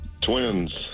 Twins